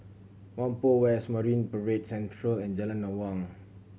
Whampoa West Marine Parade Central and Jalan Awang